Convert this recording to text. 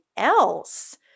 else